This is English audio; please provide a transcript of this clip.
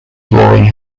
drawing